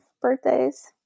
birthdays